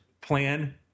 plan